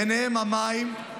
וביניהם המים,